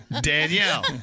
Danielle